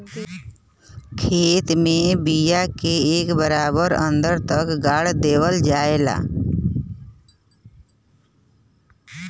खेत में बिया के एक बराबर अन्दर तक गाड़ देवल जाला